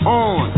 on